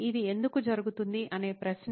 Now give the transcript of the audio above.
ఇది ఎందుకు జరుగుతుంది అనే ప్రశ్న